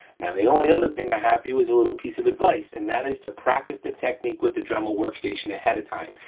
now the only other thing i have for you is a little piece of advice, and that is to practice the technique with the dremel workstation ahead of time.